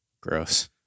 Gross